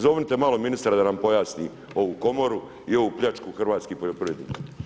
Zovnite malo ministra da nam pojasni ovu komoru i ovu pljačku hrvatskih poljoprivrednika.